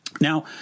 Now